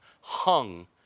hung